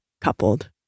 coupled